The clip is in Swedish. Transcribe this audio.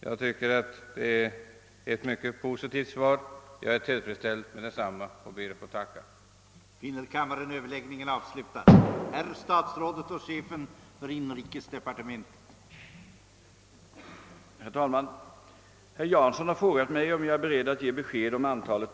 Jag anser det vara ett positivt svar, och jag är tillfredsställd med detsamma och ber att få tacka.